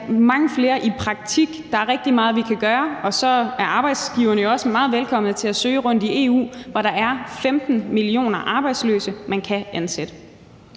have mange flere i praktik. Der er rigtig meget, vi kan gøre, og så er arbejdsgiverne jo også meget velkomne til at søge rundt i EU, hvor der er 15 millioner arbejdsløse, man kan ansætte.